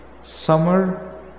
summer